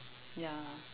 ya